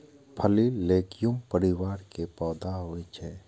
फली लैग्यूम परिवार के पौधा होइ छै